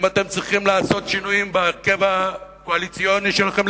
אם אתם צריכים לעשות שינויים בהרכב הקואליציוני שלכם,